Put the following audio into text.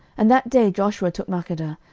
and that day joshua took makkedah,